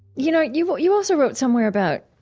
you know, you you also wrote somewhere about